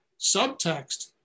subtext